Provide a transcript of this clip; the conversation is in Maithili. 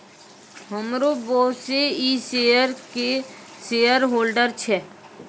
हमरो बॉसे इ शेयर के शेयरहोल्डर छै